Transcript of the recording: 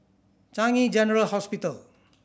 Changi General Hospital